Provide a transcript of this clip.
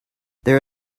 there